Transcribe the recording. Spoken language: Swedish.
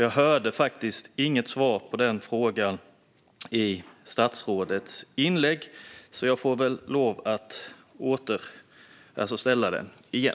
Jag hörde inget svar på den frågan i statsrådets inlägg, så jag får väl lov att ställa den igen.